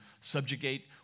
subjugate